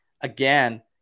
again